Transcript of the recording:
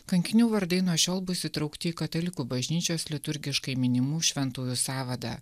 kankinių vardai nuo šiol bus įtraukti į katalikų bažnyčios liturgiškai minimų šventųjų sąvadą